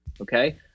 Okay